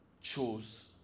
chose